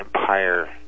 Empire